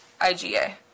IgA